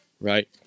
right